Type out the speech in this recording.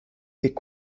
est